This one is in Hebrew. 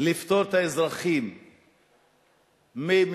לפטור את האזרחים ממסים,